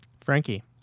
Frankie